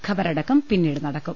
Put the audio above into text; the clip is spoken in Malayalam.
ഖബറ ടക്കം പിന്നീട് നടക്കും